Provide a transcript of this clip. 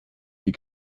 sie